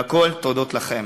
והכול תודות לכם.